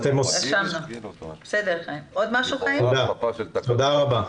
תודה רבה.